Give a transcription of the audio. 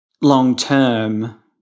long-term